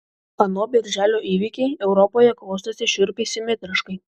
ano birželio įvykiai europoje klostėsi šiurpiai simetriškai